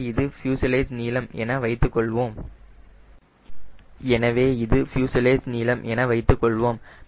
எனவே இது ஃப்யூசலேஜ் நீளம் என வைத்துக் கொள்வோம்